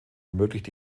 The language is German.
ermöglicht